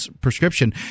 prescription